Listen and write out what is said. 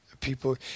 people